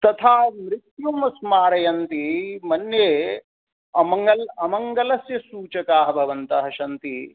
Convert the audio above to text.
तथा मृत्युं स्मारयन्ति मन्ये अमङ्गल् अमङ्गलस्य सूचकाः भवन्तः सन्ति